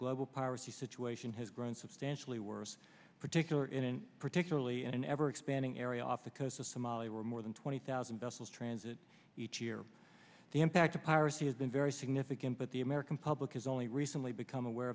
global piracy situation has grown substantially worse particular in particularly an ever expanding area off the coast of somalia where more than twenty thousand transit each year the impact of piracy has been very significant but the american public has only recently become aware